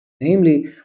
Namely